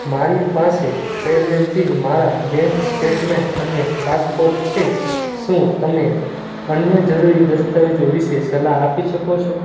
મારી પાસે પહેલેથી જ મારા બેંક સ્ટેટમેન્ટ અને પાસપોર્ટ છે શું તમે અન્ય જરૂરી દસ્તાવેજો વિશે સલાહ આપી શકશો